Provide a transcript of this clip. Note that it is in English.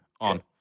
on